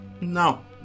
No